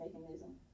mechanism